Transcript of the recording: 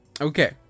Okay